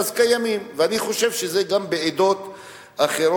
ואני חושב שזה קיים גם בעדות אחרות.